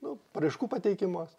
nu paraiškų pateikimas